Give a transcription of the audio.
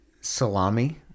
Salami